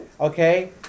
Okay